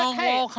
hey,